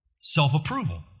self-approval